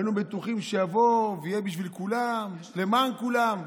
והיינו בטוחים שיבוא ויהיה בשביל כולם, למען כולם.